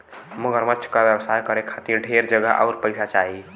मगरमच्छ क व्यवसाय करे खातिर ढेर जगह आउर पइसा चाही